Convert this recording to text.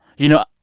you know,